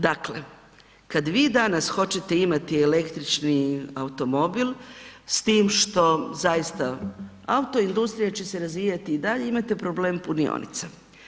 Dakle, kad vi danas hoćete imati električni automobil, s tim što zaista, autoindustrija će se razvijati i dalje, imate problem punionica.